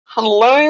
Hello